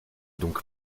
donc